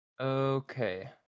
Okay